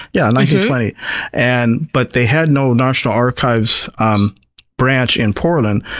yeah like like and but they had no national archives um branch in portland.